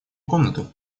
комнату